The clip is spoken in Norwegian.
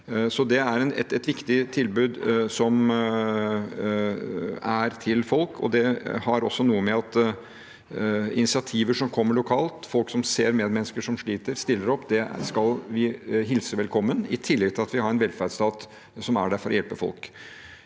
det er et viktig tilbud til folk. Det er også noe med at det er initiativer som kommer lokalt. Folk som ser medmennesker som sliter, og som stiller opp, skal vi hilse velkommen. I tillegg har vi en velferdsstat som er der for å hjelpe folk.